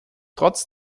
trotz